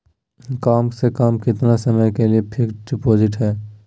कम से कम कितना समय के लिए फिक्स डिपोजिट है?